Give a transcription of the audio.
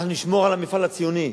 אנחנו נשמור על המפעל הציוני,